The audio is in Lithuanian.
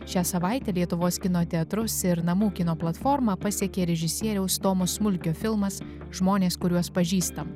šią savaitę lietuvos kino teatrus ir namų kino platformą pasiekė režisieriaus tomo smulkio filmas žmonės kuriuos pažįstam